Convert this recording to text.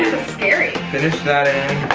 scary. finish that in.